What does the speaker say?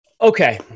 Okay